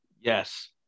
yes